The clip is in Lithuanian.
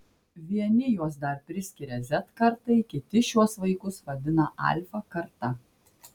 vieni juos dar priskiria z kartai kiti šiuos vaikus vadina alfa karta